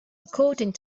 according